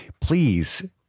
Please